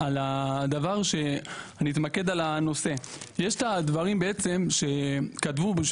יש את הדברים שכתבו,